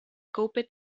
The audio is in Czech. koupi